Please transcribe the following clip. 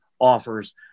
offers